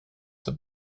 zur